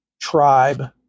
tribe